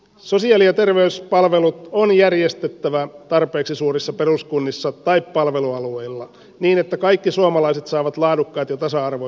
sosiaali ja terveyspalvelut on järjestettävä tarpeeksi suurissa peruskunnissa tai palvelualueilla niin että kaikki suomalaiset saavat laadukkaat ja tasa arvoiset terveyspalvelut